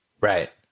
Right